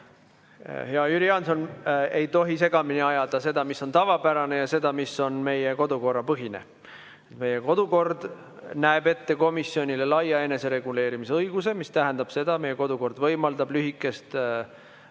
Hea Jüri Jaanson, ei tohi segamini ajada seda, mis on tavapärane, ja seda, mis on meie kodukorra põhine. Meie kodukord näeb ette komisjonile laia enesereguleerimise õiguse, mis tähendab seda, et meie kodukord võimaldab ka lühikest tähtaega